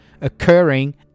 occurring